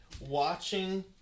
watching